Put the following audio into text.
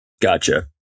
gotcha